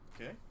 Okay